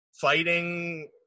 fighting